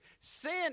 Sin